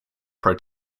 pro